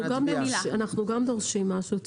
אנחנו גם דורשים משהו,